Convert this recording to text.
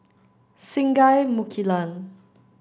Singai Mukilan